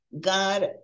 God